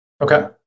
Okay